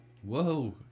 whoa